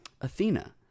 Athena